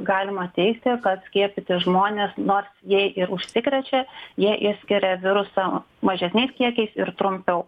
galima teigti kad skiepyti žmonės nors jei ir užsikrečia jie išskiria virusą mažesniais kiekiais ir trumpiau